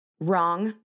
Wrong